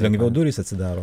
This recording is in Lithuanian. lengviau durys atsidaro